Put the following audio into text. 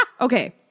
Okay